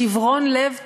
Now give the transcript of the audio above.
שיברון לב טוטלי.